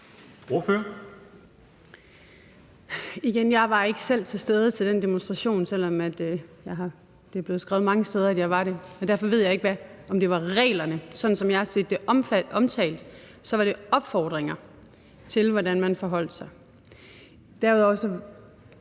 Jeg var ikke selv til stede ved den demonstration, selv om det er blevet skrevet mange steder, at jeg var det. Derfor ved jeg ikke, om det var reglerne. Sådan som jeg har set det omtalt, var det opfordringer til, hvordan man forholdt sig.